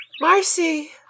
Marcy